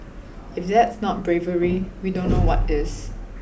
if that's not bravery we don't know what is